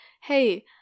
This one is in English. Hey